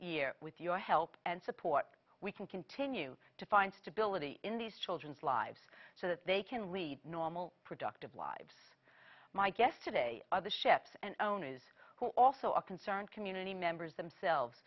year with your help and support we can continue to find stability in these children's lives so that they can lead normal productive lives my guest today other ships and owners who are also a concern community members themselves